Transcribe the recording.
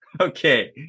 Okay